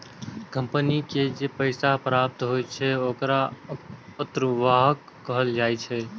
company के जे पैसा प्राप्त होइ छै, ओखरा अंतर्वाह कहल जाइ छै